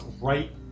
right